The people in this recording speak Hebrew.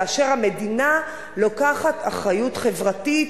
כאשר המדינה לוקחת אחריות חברתית,